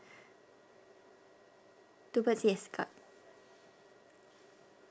two birds yes got